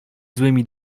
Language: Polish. złymi